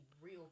real